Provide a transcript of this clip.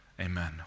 Amen